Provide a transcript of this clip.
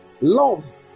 Love